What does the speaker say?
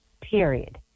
period